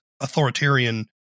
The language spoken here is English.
authoritarian